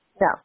No